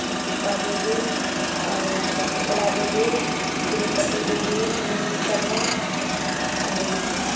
Sita Devi Shakuntala Devi Shripati Devi Neetu Sharma Anjali Devi